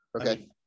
Okay